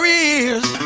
ears